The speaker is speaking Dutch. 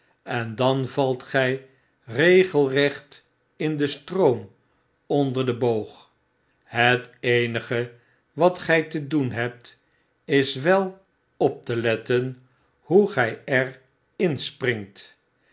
en dan valt gy regelrecht in den stroom onder den boog het eenige wat gij te doen hebt is wel op te letten hoe gij er inspringt